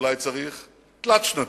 שאולי צריך תלת-שנתי.